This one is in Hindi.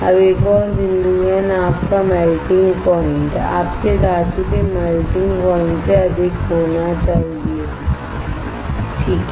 अब एक और बिंदु है नाव का मेल्टिंग प्वाइंट आपके धातु के मेल्टिंग प्वाइंट से अधिक होना चाहिए ठीक है